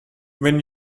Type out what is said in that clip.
when